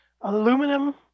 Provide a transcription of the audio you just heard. aluminum